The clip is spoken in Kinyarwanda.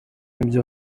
byo